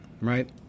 right